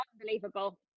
unbelievable